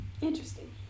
Interesting